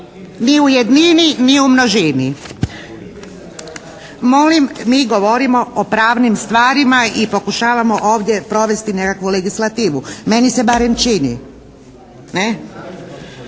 Ni u jednini, ni u množini. Molim, mi govorimo o pravnim stvarima i pokušavamo ovdje provesti nekakvu legislativu. Meni se barem čini,